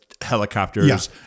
helicopters